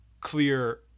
clear